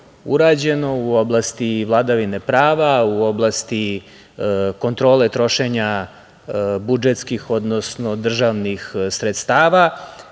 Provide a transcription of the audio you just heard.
u oblasti vladavine prava, u oblasti kontrole trošenja budžetskih odnosno državnih sredstava,